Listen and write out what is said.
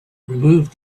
removed